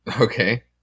Okay